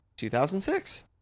2006